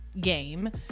game